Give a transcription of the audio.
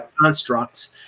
constructs